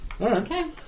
Okay